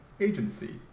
Agency